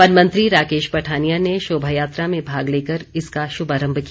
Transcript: one मंत्री राकेश पठानिया ने शोभायात्रा में भाग लेकर इसका शुभारम्भ किया